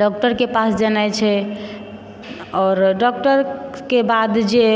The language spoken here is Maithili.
डॉक्टरके पास जेनाइ छै आओर डॉक्टरके बाद जे